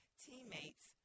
teammates